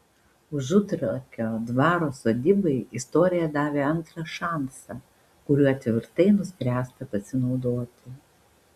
užutrakio dvaro sodybai istorija davė antrą šansą kuriuo tvirtai nuspręsta pasinaudoti